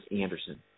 Anderson